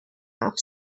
off